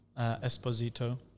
Esposito